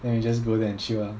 then we just go there and chill ah